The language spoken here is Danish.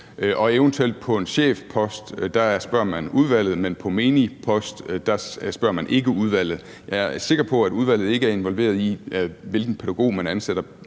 til en chefpost spørger man udvalget, men til en almindelig post spørger man ikke udvalget. Jeg er sikker på, at udvalget ikke er involveret i, hvilken pædagog man ansætter